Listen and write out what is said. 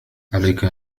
عليك